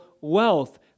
wealth